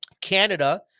Canada